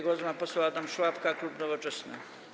Głos ma poseł Adam Szłapka, klub Nowoczesna.